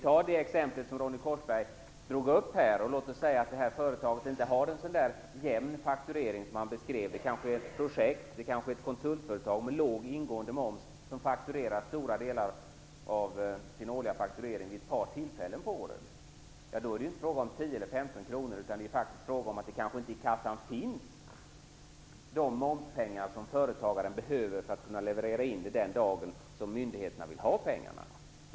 Låt oss ta det exempel som Ronny Korsberg tog upp, och låt oss säga att det här företaget inte har en sådan jämn fakturering som han beskrev. Det kanske är ett projekt man arbetar med eller det kanske är ett konsultföretag med låg ingående moms som fakturerar stora delar av sin årliga fakturering vid ett par tillfällen på året. Då är det inte frågan om 10 eller 15 kr, utan det kanske är frågan om att de momspengar som företagaren behöver inte finns i kassan den dag som myndigheterna vill att han skall leverera in pengarna.